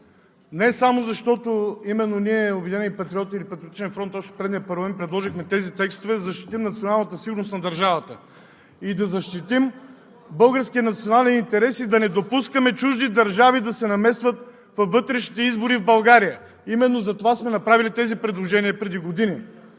не само защото именно ние, „Обединени патриоти“, или „Патриотичен фронт“, още в предния парламент предложихме тези текстове, за да защитим националната сигурност на държавата и да защитим българските национални интереси – да не допускаме чужди държави да се намесват във вътрешните избори в България. Именно затова сме направили тези предложения преди години.